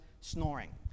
snoring